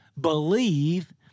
believe